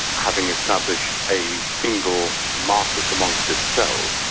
having established a single market amongst itself,